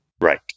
Right